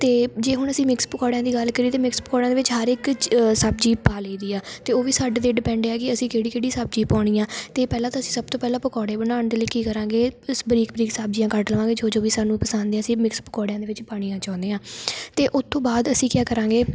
ਅਤੇ ਜੇ ਹੁਣ ਅਸੀਂ ਮਿਕਸ ਪਕੌੜਿਆਂ ਦੀ ਗੱਲ ਕਰੀਏ ਤਾਂ ਮਿਕਸ ਪਕੌੜਿਆਂ ਦੇ ਵਿੱਚ ਹਰ ਇੱਕ ਚ ਸਬਜ਼ੀ ਪਾ ਲਈ ਦੀ ਹੈ ਅਤੇ ਉਹ ਵੀ ਸਾਡੇ 'ਤੇ ਡਿਪੈਂਡ ਹੈ ਕਿ ਅਸੀਂ ਕਿਹੜੀ ਕਿਹੜੀ ਸਬਜ਼ੀ ਪਾਉਣੀ ਆ ਅਤੇ ਪਹਿਲਾਂ ਤਾਂ ਅਸੀਂ ਸਭ ਤੋਂ ਪਹਿਲਾਂ ਪਕੌੜੇ ਬਣਾਉਣ ਦੇ ਲਈ ਕੀ ਕਰਾਂਗੇ ਸ ਬਰੀਕ ਬਾਰੀਕ ਸਬਜ਼ੀਆਂ ਕੱਟ ਲਵਾਂਗੇ ਜੋ ਜੋ ਵੀ ਸਾਨੂੰ ਪਸੰਦ ਆ ਅਸੀਂ ਪਕੌੜਿਆਂ ਦੇ ਵਿੱਚ ਪਾਉਣੀਆਂ ਚਾਹੁੰਦੇ ਹਾਂ ਅਤੇ ਉਸ ਤੋਂ ਬਾਅਦ ਅਸੀਂ ਕਿਆ ਕਰਾਂਗੇ